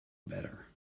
better